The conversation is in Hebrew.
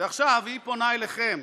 ועכשיו היא פונה אליכם.